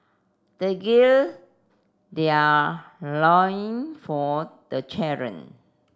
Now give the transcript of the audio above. they gird their loin for the challenge